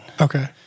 okay